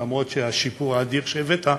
למרות השיפור האדיר שהבאת,